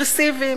רגרסיביים.